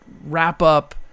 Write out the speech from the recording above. wrap-up